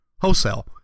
Wholesale